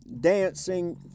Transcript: dancing